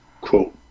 quote